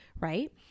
right